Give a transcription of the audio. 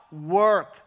work